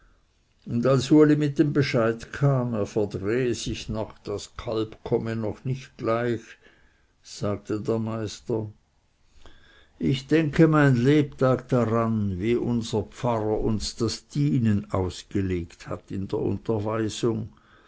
und als uli mit dem bescheid kam er verdrehe sich noch das kalb komme noch nicht gleich sagte der meister ich denke mein lebtag daran wie unser pfarrer uns das dienen ausgelegt hat in der unterweisung